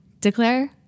declare